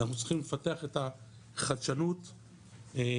אנחנו צריכים לפתח את החדשנות והקיימות.